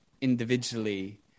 individually